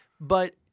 but-